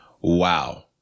wow